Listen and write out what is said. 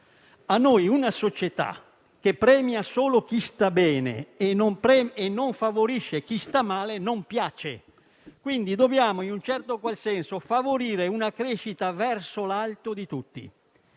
a noi una società che premia solo chi sta bene e non favorisce chi sta male non piace. Dobbiamo quindi favorire una crescita verso l'alto di tutti.